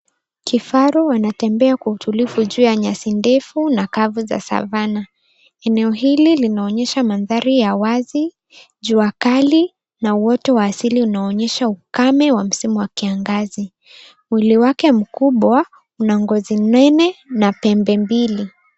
Kifaru wanatembea kwa utulivu juu ya nyasi ndefu na kavu za Savanna. Eneo hili linaonyesha mandhari ya wazi, jua kali, na uoto wa asili unaoonyesha ukame wa msimu wa kiangazi. Mwili wake mkubwa una ngozi nene na pembe mbili.